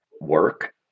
work